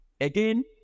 Again